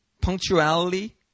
Punctuality